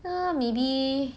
uh maybe